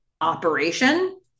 operation